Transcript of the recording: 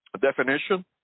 definition